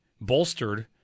bolstered